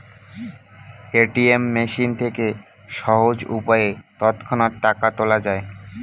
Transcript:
ATM machine থেকে সহজ উপায়ে তৎক্ষণাৎ টাকা তোলা যায়